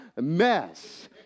mess